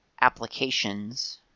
applications